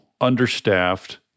understaffed